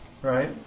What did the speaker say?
Right